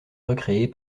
recréé